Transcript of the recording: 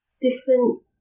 different